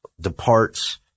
departs